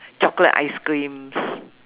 chocolate ice creams